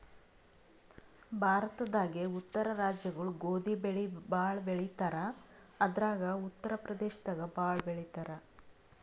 ಭಾರತದಾಗೇ ಉತ್ತರ ರಾಜ್ಯಗೊಳು ಗೋಧಿ ಬೆಳಿ ಭಾಳ್ ಬೆಳಿತಾರ್ ಅದ್ರಾಗ ಉತ್ತರ್ ಪ್ರದೇಶದಾಗ್ ಭಾಳ್ ಬೆಳಿತಾರ್